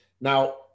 now